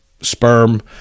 sperm